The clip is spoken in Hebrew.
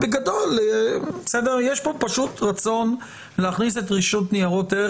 יש פה רצון להכניס את הרשות לניירות ערך